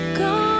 go